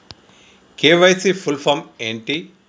KYC full form ఏంటి?